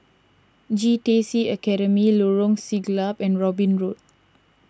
J T C Academy Lorong Siglap and Robin Road